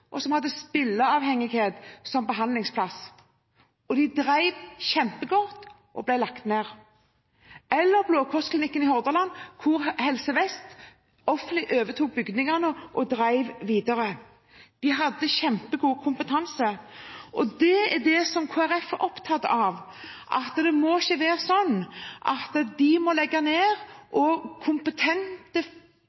og spilleavhengighet – de drev kjempegodt og ble lagt ned – eller Blå Kors-klinikken i Hordaland, hvor Helse Vest og det offentlige overtok bygningene og drev videre. De hadde kjempegod kompetanse. Det er det Kristelig Folkeparti er opptatt av: Det må ikke være sånn at de må legge ned,